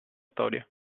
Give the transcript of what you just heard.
storia